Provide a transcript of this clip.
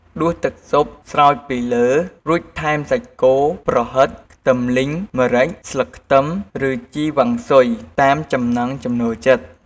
ដួសទឹកស៊ុបស្រោចពីលើ រួចថែមសាច់គោ ប្រហិត ខ្ទឹមលីង ម្រេច ខ្ទឹមស្លឹក ឬជីវ៉ាន់ស៊ុយតាមចំណងចំណូលចិត្ត។